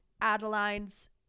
adeline's